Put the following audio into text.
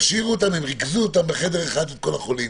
ריכזו בחדר אחד את כל החולים,